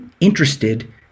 interested